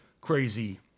crazy